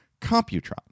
computron